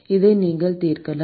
இதை நீங்கள் தீர்க்கலாம்